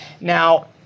Now